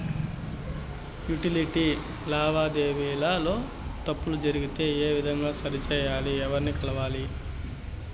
Utility లావాదేవీల లో తప్పులు జరిగితే ఏ విధంగా సరిచెయ్యాలి? ఎవర్ని కలవాలి?